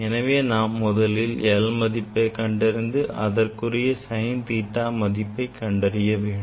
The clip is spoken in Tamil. எனவே நாம் முதலில் l மதிப்பை கண்டறிந்து அதற்குரிய sine theta மதிப்பை கண்டறிய வேண்டும்